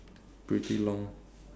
pretty long